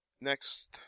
Next